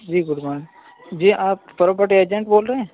جی good morning جی آپ property agent بول رہے ہیں